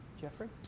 Jeffrey